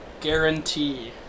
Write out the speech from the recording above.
guarantee